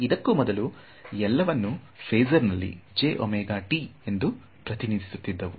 ಇದಕ್ಕೂ ಮೊದಲು ಎಲ್ಲವನ್ನು ಫೇಸರ್ ನಲ್ಲಿ j ಒಮೆಗಾ t ಎಂದು ಪ್ರತಿನಿಧಿಸುತ್ತಿದ್ದವು